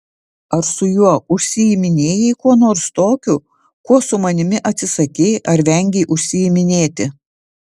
ar su juo užsiiminėjai kuo nors tokiu kuo su manimi atsisakei ar vengei užsiiminėti